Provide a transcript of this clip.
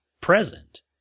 present